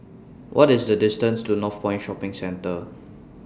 What IS The distance to Northpoint Shopping Centre